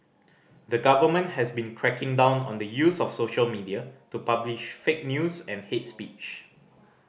the government has been cracking down on the use of social media to publish fake news and hate speech